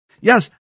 Yes